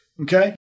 okay